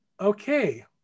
Okay